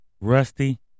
Rusty